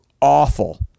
awful